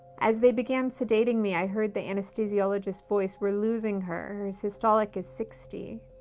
as they began sedating me, i heard the anesthesiologist's voice, we're losing her, her systolic is sixty.